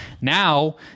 Now